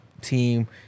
team